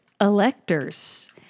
electors